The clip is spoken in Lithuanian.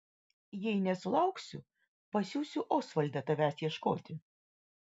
jei nesulauksiu pasiųsiu osvaldą tavęs ieškoti